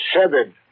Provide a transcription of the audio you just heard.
severed